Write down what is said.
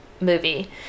Movie